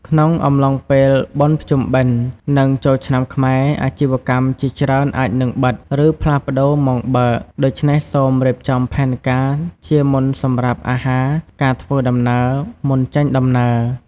ក្នុងអំឡុងពេលបុណ្យភ្ជុំបិណ្ឌ និងចូលឆ្នាំខ្មែរ អាជីវកម្មជាច្រើនអាចនឹងបិទ ឬផ្លាស់ប្តូរម៉ោងបើក ដូច្នេះសូមរៀបចំផែនការជាមុនសម្រាប់អាហារ ការធ្វើដំណើរ មុនចេញដំណើរ។